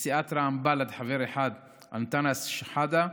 לסיעת רע"מ-בל"ד חבר אחד, אנטאנס שחאדה.